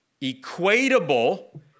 equatable